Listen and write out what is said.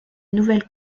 nouvelle